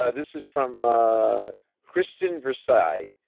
ah this is from christen versailles,